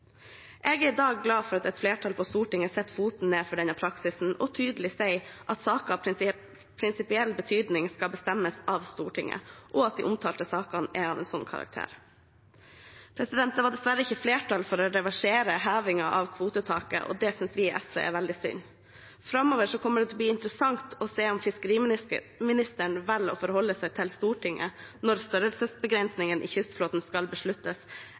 Jeg er i dag glad for at et flertall på Stortinget setter foten ned for denne praksisen og tydelig sier at saker av prinsipiell betydning skal bestemmes av Stortinget, og at de omtalte sakene er av en slik karakter. Det var dessverre ikke flertall for å reversere hevingen av kvotetaket. Det synes vi i SV er veldig synd. Framover kommer det til å bli interessant å se om fiskeriministeren velger å forholde seg til Stortinget når størrelsesbegrensningene i kystflåten skal besluttes,